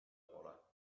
pole